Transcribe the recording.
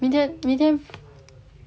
明天明天